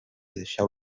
deixeu